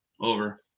Over